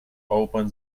open